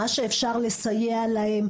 מה שאפשר לסייע להם,